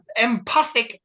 empathic